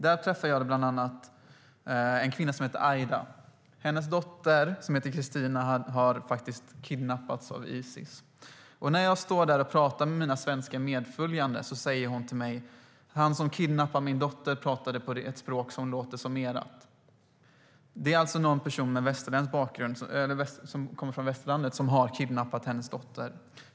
Där träffade jag bland annat en kvinna som hette Aida. Hennes dotter Kristina hade kidnappats av Isis. När jag står där och pratar med mina svenska medföljande säger hon till mig: Han som kidnappade min dotter pratade på ett språk som låter som ert! Det är alltså någon person som kommer från västerlandet som har kidnappat hennes dotter.